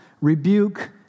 Rebuke